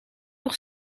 nog